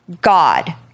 God